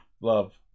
Love